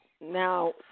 Now